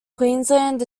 queensland